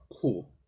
Cool